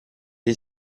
est